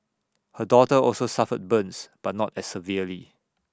her daughter also suffered burns but not as severely